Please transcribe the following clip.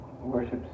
worships